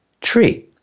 tree